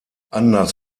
anlass